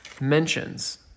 mentions